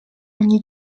ogni